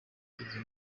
ibintu